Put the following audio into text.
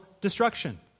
destruction